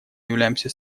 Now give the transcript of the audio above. являемся